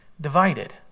divided